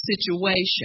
situation